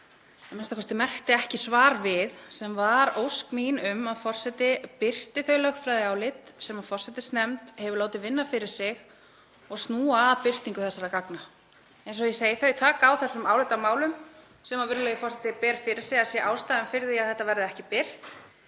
ég merkti a.m.k. ekki svar við, sem var ósk mín um að forseti birti þau lögfræðiálit sem forsætisnefnd hefur látið vinna fyrir sig og snúa að birtingu þessara gagna. Eins og ég segi, þau taka á þessum álitamálum sem virðulegur forseti ber fyrir sig að séu ástæðan fyrir því að þetta verði ekki birt.